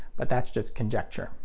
but that's just conjecture.